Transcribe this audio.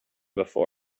before